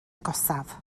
agosaf